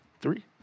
Three